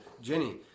Jenny